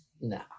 No